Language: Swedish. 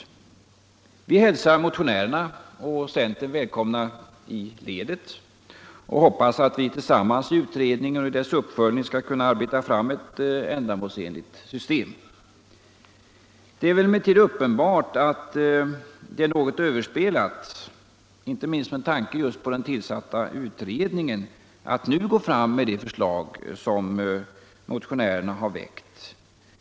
Vi hälsar motionärerna och centern välkomna i ledet och hoppas att vi tillsammans i utredningen och i dess uppföljning skall kunna arbeta fram ett ändamålsenligt system. Det är väl emellertid uppenbart att det är något överspelat, inte minst med tanke på den tillsatta utredningen, att nu gå fram med det förslag som motionärerna väckt.